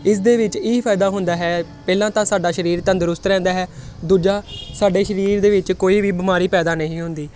ਇਸ ਦੇ ਵਿੱਚ ਇਹ ਫ਼ਾਇਦਾ ਹੁੰਦਾ ਹੈ ਪਹਿਲਾਂ ਤਾਂ ਸਾਡਾ ਸਰੀਰ ਤੰਦਰੁਸਤ ਰਹਿੰਦਾ ਹੈ ਦੂਜਾ ਸਾਡੇ ਸਰੀਰ ਦੇ ਵਿੱਚ ਕੋਈ ਵੀ ਬਿਮਾਰੀ ਪੈਦਾ ਨਹੀਂ ਹੁੰਦੀ